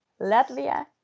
Latvia